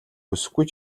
хүсэхгүй